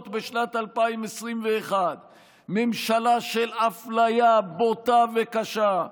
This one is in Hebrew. בשנת 2021. ממשלה של אפליה בוטה וקשה.